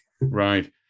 right